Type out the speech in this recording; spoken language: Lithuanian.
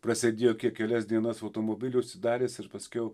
prasėdėjo ke kelias dienas automobily užsidaręs ir paskiau